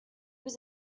was